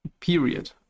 Period